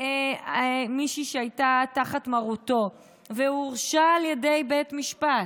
במישהי שהייתה תחת מרותו והורשע על ידי בית המשפט,